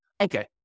Okay